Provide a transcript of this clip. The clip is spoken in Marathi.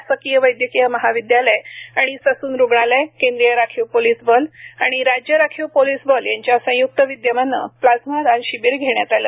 शासकीय वैद्यकीय महाविद्यालय आणि ससून रुग्णालय केंद्रीय राखीव पोलीस बल आणि राज्य राखीव पोलीस बल यांच्या संयुक्त विद्यमाने प्लाझ्मा दान शिबिर घेण्यात आले